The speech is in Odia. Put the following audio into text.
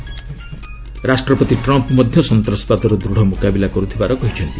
ରାଷ୍ଟ୍ରପତି ଟ୍ରମ୍ପ ମଧ୍ୟ ସନ୍ତାସବାଦର ଦୃଢ଼ ମୁକାବିଲା କରୁଥିବାର କହିଚ୍ଛନ୍ତି